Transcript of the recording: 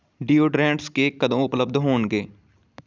deodorants cake ਕਦੋਂ ਉਪਲਬਧ ਹੋਣਗੇ